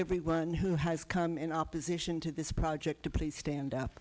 everyone who has come in opposition to this project to please stand up